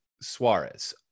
Suarez